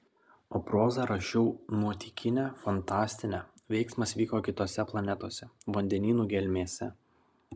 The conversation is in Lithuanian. o prozą rašiau nuotykinę fantastinę veiksmas vyko kitose planetose vandenynų gelmėse